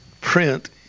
print